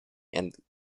and